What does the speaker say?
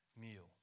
meal